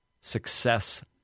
success